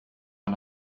and